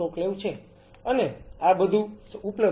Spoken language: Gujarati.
અને આ બધું ઉપલબ્ધ છે